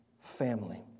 family